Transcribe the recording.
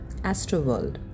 Astroworld